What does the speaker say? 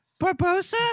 Barbosa